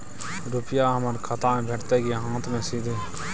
रुपिया हमर खाता में भेटतै कि हाँथ मे सीधे?